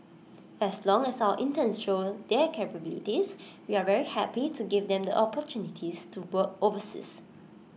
as long as our interns show their capabilities we are very happy to give them the opportunities to work overseas